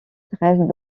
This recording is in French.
restent